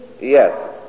yes